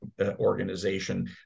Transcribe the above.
organization